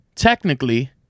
Technically